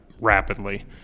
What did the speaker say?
rapidly